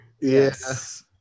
Yes